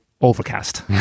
overcast